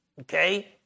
okay